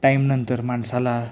टाईमनंतर माणसाला